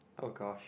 oh gosh